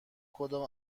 کدام